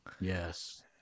Yes